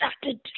started